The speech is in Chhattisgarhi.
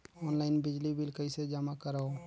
ऑनलाइन बिजली बिल कइसे जमा करव?